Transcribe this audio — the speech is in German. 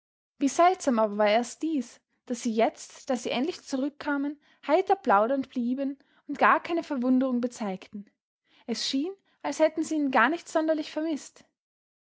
wie seltsam aber war erst dies daß sie jetzt da sie endlich zurückkamen heiter plaudernd blieben und gar keine verwunderung bezeigten es schien als hätten sie ihn gar nicht sonderlich vermißt